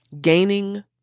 gaining